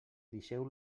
deixeu